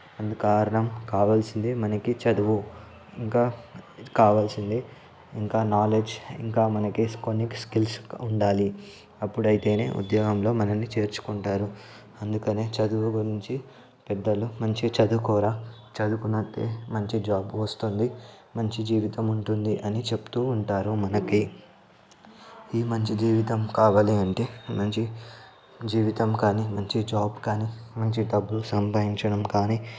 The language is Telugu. అందుకు కారణం కావాల్సింది మనకు చదువు ఇంకా కావాల్సింది ఇంకా నాలెడ్జ్ ఇంకా మనకు కొన్ని స్కిల్స్ ఉండాలి అప్పుడైతేనే ఉద్యోగంలో మనల్ని చేర్చుకుంటారు అందుకనే చదువు గురించి పెద్దలు మంచిగా చదువుకోరా చాదువుకుంటేనే మంచి జాబ్ వస్తుంది మంచి జీవితం ఉంటుంది అని చెప్తూ ఉంటారు మనకి ఈ మంచి జీవితం కావాలి అంటే మంచి జీవితం కానీ మంచి జాబ్ కానీ మంచి డబ్బులు సంపాదించడం కానీ